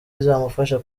izamufasha